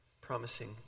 promising